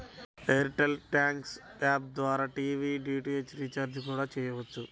air tell thanks app ద్వారా TV DTH recharge కూడా చెయ్యొచ్చు